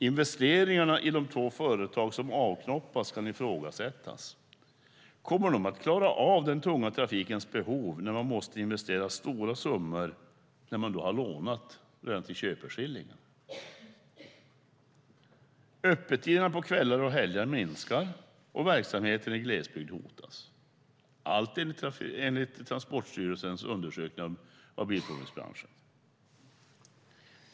Investeringarna i de två företag som avknoppats kan ifrågasättas - kommer de att klara den tunga trafikens behov när de måste investera stora summor och har lånat redan till köpeskillingen? Öppettiderna på kvällar och helger minskar, och verksamheten i glesbygd hotas - allt enligt Transportstyrelsens undersökning av bilprovningsbranschen.